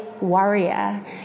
warrior